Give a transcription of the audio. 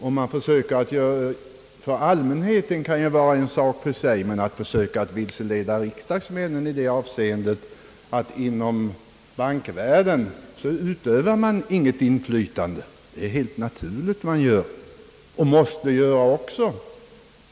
Vad man säger till allmänheten kan vara en sak för sig, men man borde inte försöka vilseleda riksdagen i detta avseende genom att påstå att bankvärlden inte utövar något inflytande. Det är helt naturligt att den gör det och att den måste göra det.